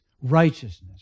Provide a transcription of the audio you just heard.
righteousness